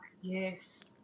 yes